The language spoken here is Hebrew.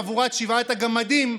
חבורת שבעת הגמדים,